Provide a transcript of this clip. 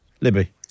Libby